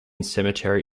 cemetery